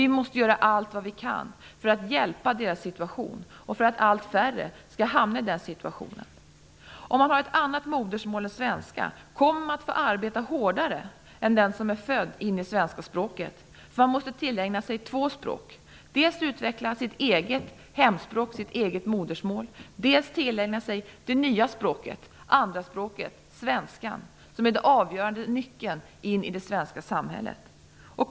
Vi måste göra allt vad vi kan för att underlätta deras situation och för att allt färre skall hamna i den situationen. Om man har ett annat modersmål än svenska kommer man att få arbeta hårdare än om man är född in i svenska språket, eftersom man måste tillägna sig två språk. Dels måste man utveckla sitt eget hemspråk, sitt modersmål, dels måste man tillägna sig det nya språket, andraspråket, svenskan, som är nyckeln till det svenska samhället.